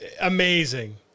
Amazing